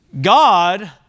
God